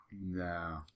No